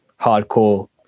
hardcore